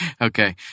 Okay